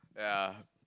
ya